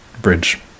bridge